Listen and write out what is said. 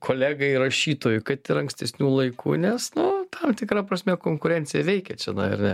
kolegai rašytojui kad ir ankstesnių laikų nes nu tam tikra prasme konkurencija veikia čia nu ar ne